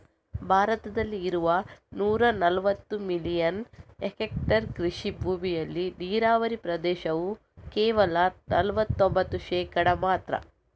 ಭಾರತದಲ್ಲಿ ಇರುವ ನೂರಾ ನಲವತ್ತು ಮಿಲಿಯನ್ ಹೆಕ್ಟೇರ್ ಕೃಷಿ ಭೂಮಿಯಲ್ಲಿ ನೀರಾವರಿ ಪ್ರದೇಶವು ಕೇವಲ ನಲವತ್ತೊಂಭತ್ತು ಶೇಕಡಾ ಮಾತ್ರ